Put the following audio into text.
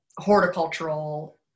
horticultural